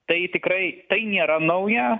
tai tikrai tai nėra nauja